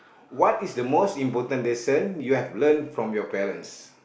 what is the most important lesson you have learnt from your parents